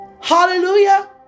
Hallelujah